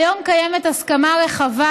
כיום קיימת הסכמה רחבה,